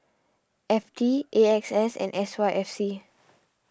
F T A X S and S Y F C